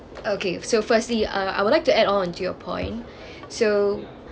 okay so firstly uh I would like to add on to your point so